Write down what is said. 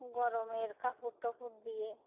গরমের কাপড় টাপর দিয়ে